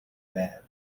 байв